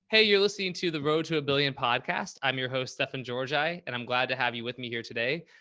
hey, you're listening to the road to a billion podcast. i'm your host, stefan georgi. and i'm glad to have you with me here today.